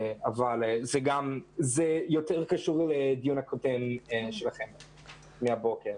אבל זה יותר קשור לדיון הקודם שלכם מהבוקר.